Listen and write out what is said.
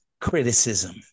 criticism